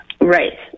Right